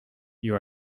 you